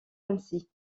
ainsi